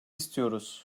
istiyoruz